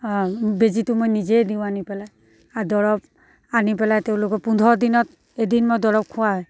বেজীটো মই নিজে দিওঁ আনি পেলাই আৰু দৰব আনি পেলাই তেওঁলোকক পোন্ধৰ দিনত এদিন মই দৰব খুৱাওঁৱে হয়